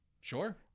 Sure